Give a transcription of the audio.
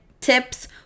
tips